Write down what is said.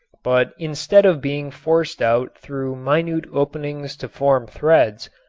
but instead of being forced out through minute openings to form threads,